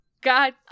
god